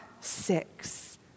six